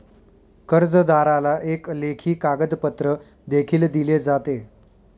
कर्जदाराला एक लेखी कागदपत्र देखील दिले जाते